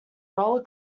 roller